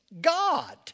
God